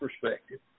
perspective